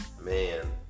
Man